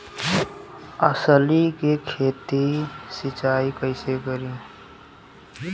अलसी के खेती मे सिचाई कइसे करी?